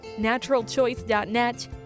naturalchoice.net